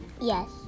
Yes